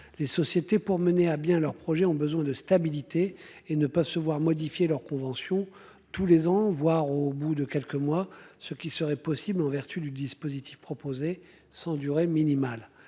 les sociétés pour mener à bien leur projet ont besoin de stabilité et ne pas se voir modifier leur convention tous les ans voire au bout de quelques mois, ce qui serait possible en vertu du dispositif proposé sans durée minimale.